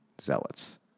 zealots